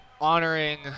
honoring